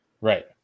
Right